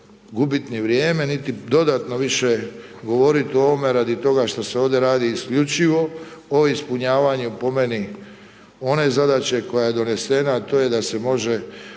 gubit ni vrijeme ni dodatno više govoriti o ovome radi toga što se ovdje radi isključivo o ispunjavanju po meni, one zadaće koja je donesena a to je da se može